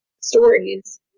stories